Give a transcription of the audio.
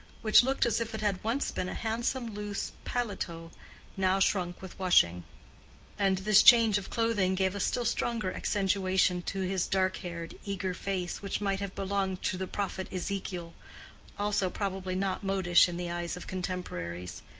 which looked as if it had once been a handsome loose paletot now shrunk with washing and this change of clothing gave a still stronger accentuation to his dark-haired, eager face which might have belonged to the prophet ezekiel also probably not modish in the eyes of contemporaries.